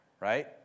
right